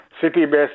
city-based